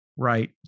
right